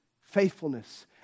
faithfulness